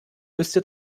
müsste